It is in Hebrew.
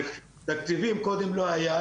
תקציבים קודם לא היה,